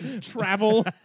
travel